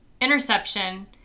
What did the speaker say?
Interception